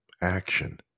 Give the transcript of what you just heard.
action